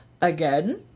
Again